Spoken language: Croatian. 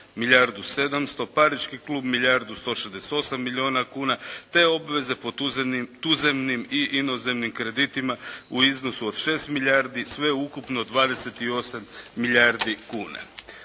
milijardu i 700. Pariški klub milijardu 168 milijuna kuna te obveze po tuzemnim i inozemnim kreditima u iznosu od 6 milijardi. Sve ukupno 28 milijardi kuna.